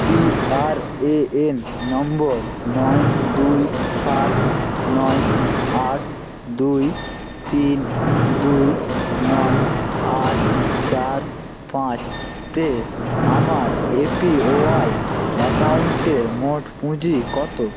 PRAN number নয় দুই সাত নয় আট দুই তিন দুই নয় আট চার পাঁচ তে আমার এপিওয়াই অ্যাকাউন্টের মোট পুঁজি কত